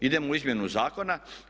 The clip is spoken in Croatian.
Idemo u izmjenu zakona.